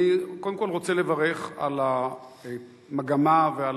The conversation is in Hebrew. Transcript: אני קודם כול רוצה לברך על המגמה ועל